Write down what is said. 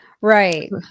Right